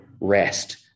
rest